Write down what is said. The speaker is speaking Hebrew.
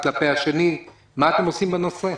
מה אתם עושים בנושא?